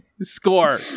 Score